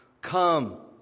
Come